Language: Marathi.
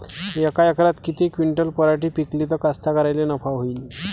यका एकरात किती क्विंटल पराटी पिकली त कास्तकाराइले नफा होईन?